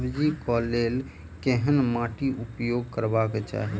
सब्जी कऽ लेल केहन माटि उपयोग करबाक चाहि?